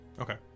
Okay